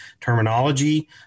terminology